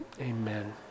amen